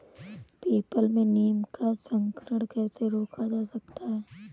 People में नीम का संकरण कैसे रोका जा सकता है?